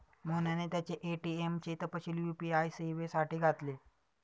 मोहनने त्याचे ए.टी.एम चे तपशील यू.पी.आय सेवेसाठी घातले